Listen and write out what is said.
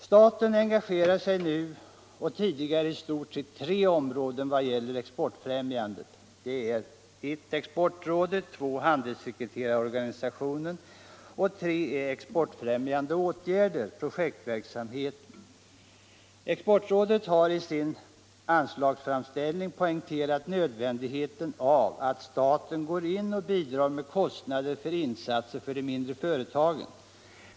Staten engagerar sig nu och har tidigare engagerat sig i stort sett inom tre områden vad gäller exportfrämjandet: Exportrådet har i sin anslagsframställning poängterat nödvändigheten av att staten går in och bidrar när det gäller kostnaderna för insatser för de mindre företagen.